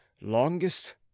longest